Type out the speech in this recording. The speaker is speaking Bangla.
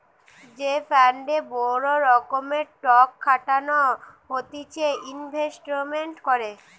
যে ফান্ডে বড় রকমের টক খাটানো হতিছে ইনভেস্টমেন্ট করে